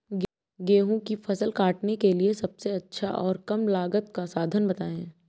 गेहूँ की फसल काटने के लिए सबसे अच्छा और कम लागत का साधन बताएं?